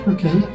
Okay